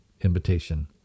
invitation